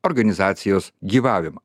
organizacijos gyvavimą